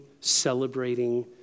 celebrating